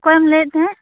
ᱚᱠᱚᱭᱮᱢ ᱞᱟ ᱭᱮᱫ ᱛᱟᱦᱮᱸᱡ